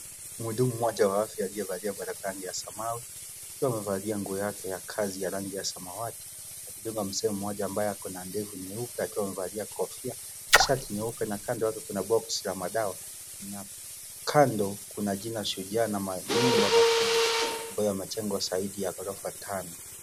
Mhudumu mmoja wa afya aliyevalia barakoa ya rangi ya samawati, akiwa amevalia nguo yake ya kazi ya rangi ya samawati akidunga Mzee mmoja ambaye ako na ndevu nyeupe akiwa amevalia kofia, shati nyeupe na kando yake .Kuna boksi la madawa na kando Kuna jina shujaa na manyumba makubwa ambayo yamejengwa zaidi ya ghorofa tano.